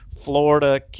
Florida